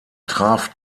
traf